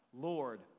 Lord